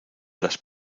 las